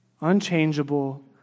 unchangeable